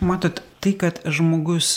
matot tai kad žmogus